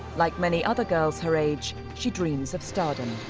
like many other girls her age she dreams of stardom.